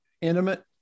intimate